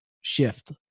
shift